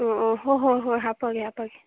ꯑꯣ ꯑꯣ ꯍꯣꯏ ꯍꯣꯏ ꯍꯣꯏ ꯍꯥꯞꯄꯒꯦ ꯍꯥꯞꯄꯒꯦ